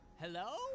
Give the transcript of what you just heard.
Hello